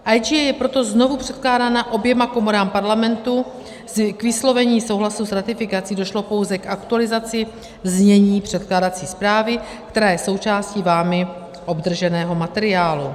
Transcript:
IGA je proto znovu předkládána oběma komorám Parlamentu k vyslovení souhlasu s ratifikací, došlo pouze k aktualizaci znění předkládací zprávy, která je součástí vámi obdrženého materiálu.